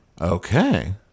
Okay